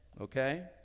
okay